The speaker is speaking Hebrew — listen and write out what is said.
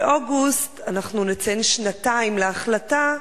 באוגוסט אנחנו נציין שנתיים להחלטה,